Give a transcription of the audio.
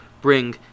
bring